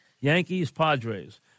Yankees-Padres